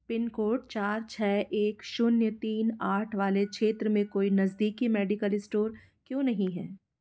pin code चार छः एक जीरो तीन आठ वाले क्षेत्र में कोई नज़दीकी मेडिकल स्टोर क्यों नहीं है